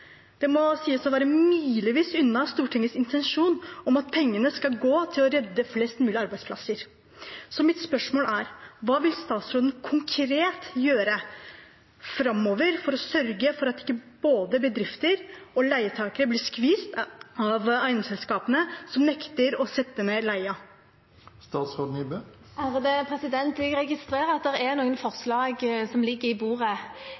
Det må sies å være milevis unna Stortingets intensjon om at pengene skal gå til å redde flest mulig arbeidsplasser. Mitt spørsmål er: Hva vil statsråden konkret gjøre framover for å sørge for at ikke både bedrifter og leietakere blir skvist av eiendomsselskapene som nekter å sette ned leien? Jeg registrerer at det er noen forslag som ligger på bordet